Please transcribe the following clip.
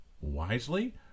wisely